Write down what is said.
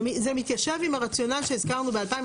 זה מתיישב עם הרציונל שהזכרנו ב-2021,